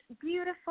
Beautiful